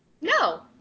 No